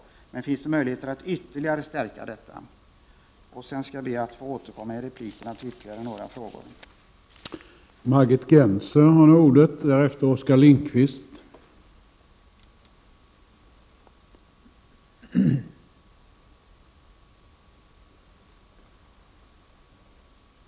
Jag undrar om det finns möjligheter att ytterligare stärka stödet. Jag skall be att få återkomma till ytterligare några frågor i mina kommande inlägg.